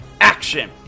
action